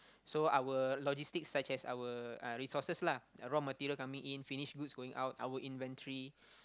so our logistics such as our uh resources lah raw material coming in finished goods going out our inventory